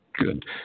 Good